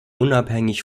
unabhängig